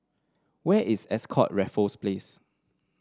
where is Ascott Raffles Place